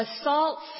assaults